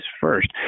first